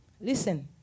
listen